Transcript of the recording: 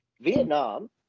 Vietnam